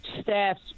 staff